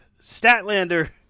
Statlander